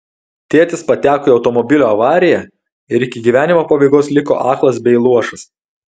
tėtis pateko į automobilio avariją ir iki gyvenimo pabaigos liko aklas bei luošas